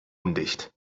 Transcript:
undicht